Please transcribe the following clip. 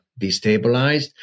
destabilized